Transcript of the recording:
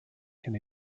can